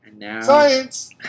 Science